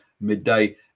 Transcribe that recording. midday